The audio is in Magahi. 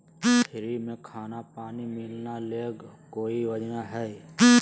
फ्री में खाना पानी मिलना ले कोइ योजना हय?